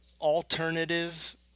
Alternative